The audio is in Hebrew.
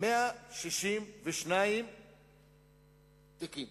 162 תיקים.